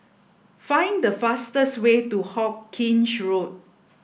find the fastest way to Hawkinge Road